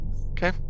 Okay